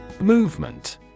Movement